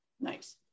Nice